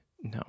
No